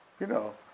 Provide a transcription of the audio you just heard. you know,